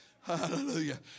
Hallelujah